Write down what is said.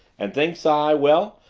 and thinks i, well,